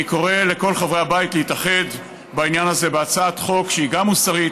אני קורא לכל חברי הכנסת להתאחד בעניין הזה בהצעת חוק שהיא גם מוסרית,